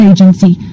Agency